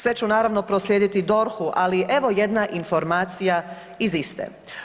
Sve ću naravno proslijediti DORH-u ali evo jedna informacija iz iste.